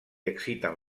exciten